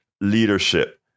leadership